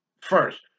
first